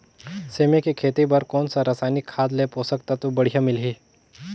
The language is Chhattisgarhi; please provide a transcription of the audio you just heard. सेमी के खेती बार कोन सा रसायनिक खाद ले पोषक तत्व बढ़िया मिलही?